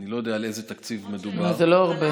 אני לא יודע על איזה תקציב מדובר, זה לא הרבה.